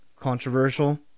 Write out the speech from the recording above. controversial